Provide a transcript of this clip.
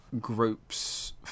groups